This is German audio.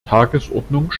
tagesordnung